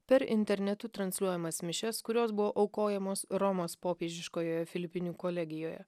per internetu transliuojamas mišias kurios buvo aukojamos romos popiežiškojoje filipinų kolegijoje